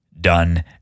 done